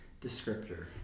descriptor